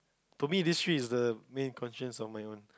to me this three is the main constrain of my one